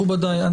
מכובדיי,